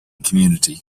community